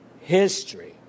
history